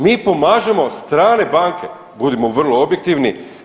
Mi pomažemo strane banke, budimo vrlo objektivni.